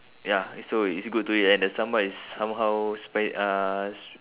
ya so it's good to eat and the sambal is somehow spi~ uh